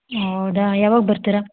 ಹೌದಾ ಯಾವಾಗ ಬರ್ತೀರ